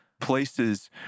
places